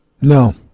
No